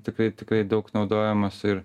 tikrai tikrai daug naudojamos ir